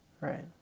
Right